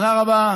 תודה רבה.